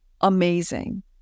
amazing